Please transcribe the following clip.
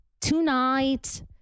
tonight